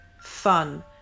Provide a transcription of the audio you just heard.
fun